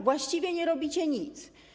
Właściwie nie robicie nic.